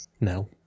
No